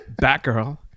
Batgirl